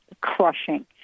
Crushing